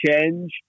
change